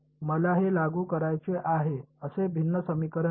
मला हे लागू करायचे आहे असे भिन्न समीकरण आहे